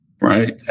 Right